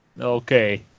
Okay